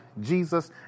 Jesus